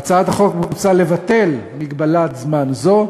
בהצעת החוק מוצע לבטל מגבלת זמן זו,